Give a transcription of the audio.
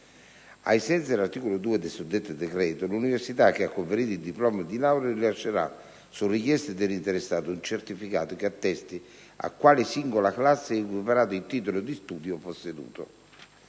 ai sensi dell'articolo 2 del suddetto decreto, l'università che ha conferito il diploma di laurea rilascerà, su richiesta dell'interessato, un certificato che attesti a quale singola classe è equiparato il titolo di studio posseduto.